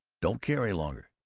don't care any longer.